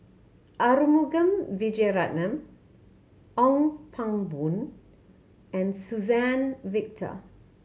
Arumugam Vijiaratnam Ong Pang Boon and Suzann Victor